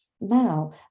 Now